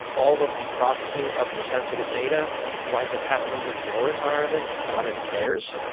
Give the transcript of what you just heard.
all of the processing of your sensitive data winds up happening in your environment, not in theirs.